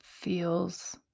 feels